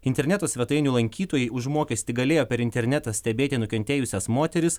interneto svetainių lankytojai už mokestį galėjo per internetą stebėti nukentėjusias moteris